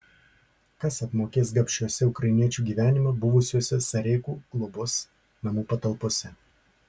kas apmokės gabšiuose ukrainiečių gyvenimą buvusiuose sereikų globos namų patalpose